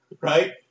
Right